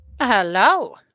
Hello